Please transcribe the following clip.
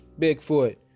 Bigfoot